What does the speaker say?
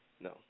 no